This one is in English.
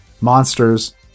monsters